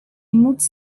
móc